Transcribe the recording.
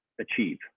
achieve